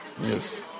Yes